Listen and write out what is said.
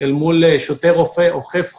אל מול שוטר אוכף חוק,